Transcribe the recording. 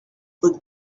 would